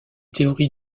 théories